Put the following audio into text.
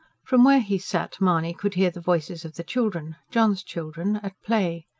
from where he sat mahony could hear the voices of the children john's children at play.